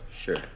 Sure